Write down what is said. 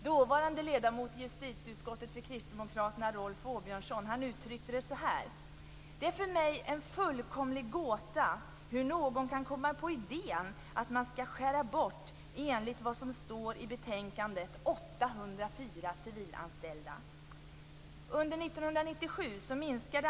Dåvarande ledamot i justitieutskottet för kristdemokraterna, Rolf Åbjörnsson, uttryckte det så här: Det är för mig en fullkomlig gåta hur någon kan komma på idén att man skall skära bort, enligt vad som står i betänkandet, 804 civilanställda!